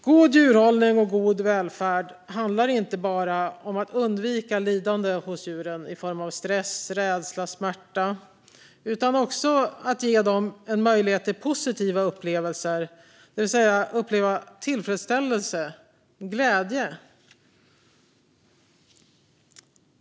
God djurhållning och god välfärd handlar inte bara om att undvika lidande hos djuren i form av stress, rädsla och smärta utan också om att ge dem en möjlighet till positiva upplevelser, det vill säga tillfredsställelse och glädje.